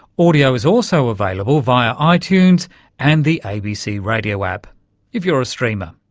audio is also available via ah itunes and the abc radio app if you're a streamer.